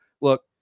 Look